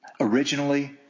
Originally